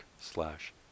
slash